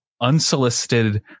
unsolicited